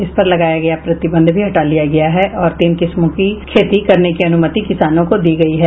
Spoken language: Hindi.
इस पर लगाया गया प्रतिबंध भी हटा लिया गया है और तीन किस्मों की खेती करने की अनुमति किसानों को दी गयी है